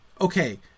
okay